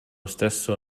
stesso